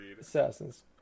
Assassin's